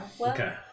Okay